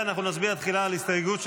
אנחנו נצביע תחילה על הסתייגות שמספרה?